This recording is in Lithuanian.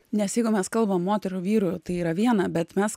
nes jeigu mes kalbam moterų vyrų tai yra viena bet mes